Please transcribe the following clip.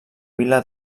vila